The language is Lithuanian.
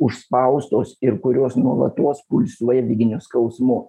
užspaustos ir kurios nuolatos pulsuoja religiniu skausmu